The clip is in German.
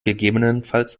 gegebenenfalls